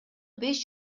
беш